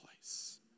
place